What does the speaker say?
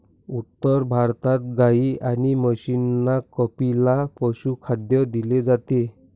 उत्तर भारतात गाई आणि म्हशींना कपिला पशुखाद्य दिले जाते